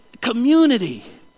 Community